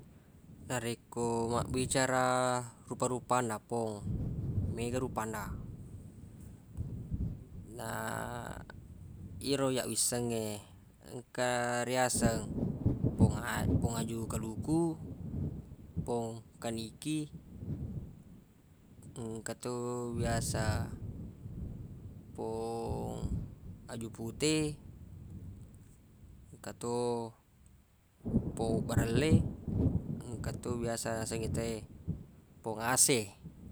Narekko mabbicara rupa-rupanna pong mega rupanna na ero iyyaq wissengnge engka riyaseng pong a- pong aju kaluku pong kaniki engka to biasa pong aju pute engka to po barelle engka to biasa nasengnge te pong ase